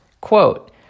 quote